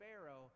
Pharaoh